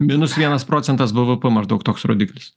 minus vienas procentas bvp maždaug toks rodiklis